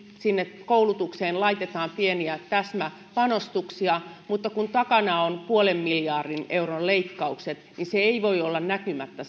sinne koulutukseen laitetaan pieniä täsmäpanostuksia mutta kun takana on puolen miljardin euron leikkaukset niin se ei voi olla näkymättä